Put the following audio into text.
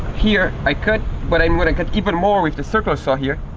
here i cut but i'm gonna cut even more with the circular saw here.